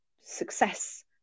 success